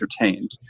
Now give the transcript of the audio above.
entertained